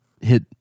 hit